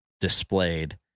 displayed